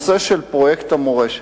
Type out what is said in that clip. פרויקט המורשת,